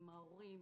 עם ההורים,